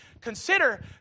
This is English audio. consider